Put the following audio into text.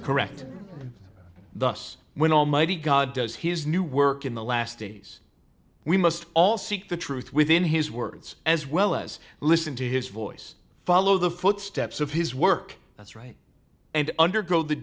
correct thus when almighty god does his new work in the last days we must all seek the truth within his words as well as listen to his voice follow the footsteps of his work that's right and undergo the